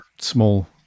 small